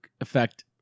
effect